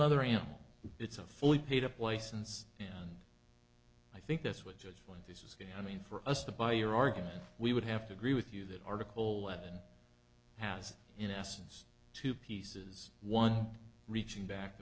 nother animal it's a fully paid up license and i think that's what judge this is going to mean for us to buy your argument we would have to agree with you that article one has in essence two pieces one reaching back